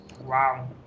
Wow